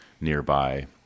nearby